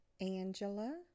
Angela